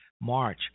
march